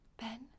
Ben